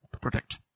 protect